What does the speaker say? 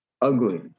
ugly